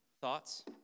Thoughts